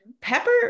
Pepper